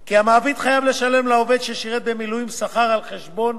כי המעביד חייב לשלם לעובד ששירת במילואים שכר על חשבון